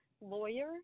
lawyer